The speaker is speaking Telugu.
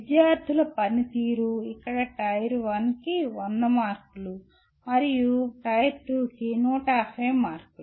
విద్యార్థుల పనితీరు ఇక్కడ టైర్ 1 కి 100 మార్కులు మరియు టైర్ 2 కి 150 మార్కులు